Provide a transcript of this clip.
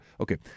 Okay